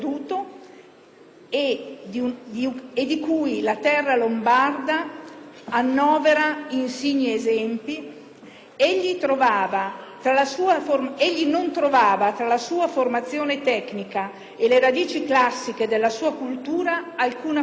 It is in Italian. e di cui la terra lombarda annovera insigni esempi, egli non trovava tra la sua formazione tecnica e le radici classiche della sua cultura alcuna frattura,